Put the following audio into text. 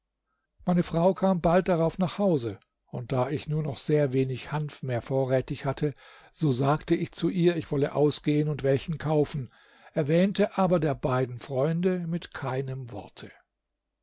meine frau kam bald darauf nach hause und da ich nur noch sehr wenig hanf mehr vorrätig hatte so sagte ich zu ihr ich wolle ausgehen und welchen kaufen erwähnte aber der beiden freunde mit keinem worte